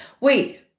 wait